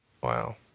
Wow